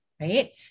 right